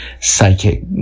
psychic